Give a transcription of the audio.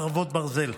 חרבות ברזל),